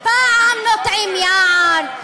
פעם נוטעים יער,